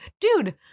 Dude